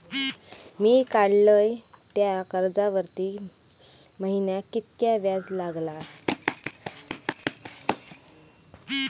मी काडलय त्या कर्जावरती महिन्याक कीतक्या व्याज लागला?